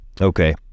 Okay